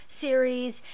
series